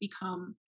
become